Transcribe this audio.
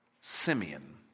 Simeon